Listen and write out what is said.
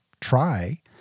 try